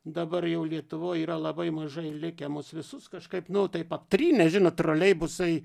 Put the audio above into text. dabar jau lietuvoj yra labai mažai likę mus visus kažkaip nu taip aptrynė žinot troleibusai